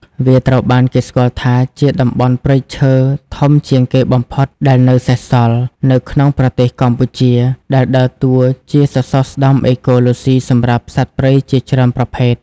វាត្រូវបានគេស្គាល់ថាជា តំបន់ព្រៃឈើធំជាងគេបំផុតដែលនៅសេសសល់ នៅក្នុងប្រទេសកម្ពុជា ដែលដើរតួជាសសរស្តម្ភអេកូឡូស៊ីសម្រាប់សត្វព្រៃជាច្រើនប្រភេទ។